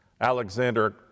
Alexander